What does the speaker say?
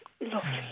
lovely